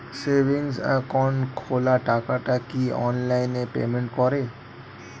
Savings account খোলা টাকাটা কি অনলাইনে পেমেন্ট করে?